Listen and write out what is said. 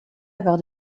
got